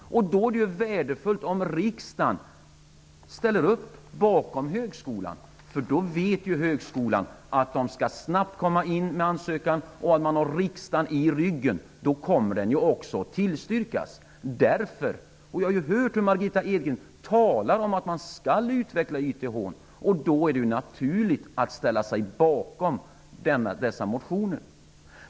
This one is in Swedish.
Då är det värdefullt om riksdagen ställer upp bakom högskolan, för då vet högskolan att den snabbt skall komma in med ansökan och att man har riksdagen i ryggen, och då kommer ansökan också att tillstyrkas. Margitta Edgren har talat om att man skall utveckla YTH, och då är det naturligt att ställa sig bakom dessa motioner.